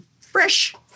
fresh